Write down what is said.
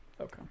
Okay